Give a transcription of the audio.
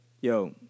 Yo